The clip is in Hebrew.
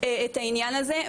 את העניין הזה.